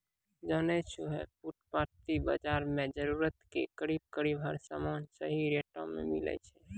जानै छौ है फुटपाती बाजार मॅ जरूरत के करीब करीब हर सामान सही रेटो मॅ मिलै छै